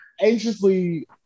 anxiously